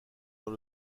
dans